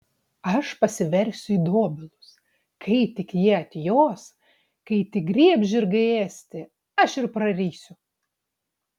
aš pasiversiu į dobilus kai tik jie atjos kai tik griebs žirgai ėsti aš ir prarysiu